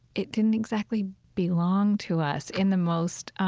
it didn't exactly belong to us in the most